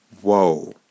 Whoa